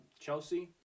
Chelsea